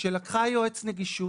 שלקחה יועץ נגישות,